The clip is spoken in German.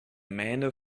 mähne